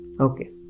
okay